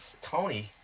Tony